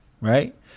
right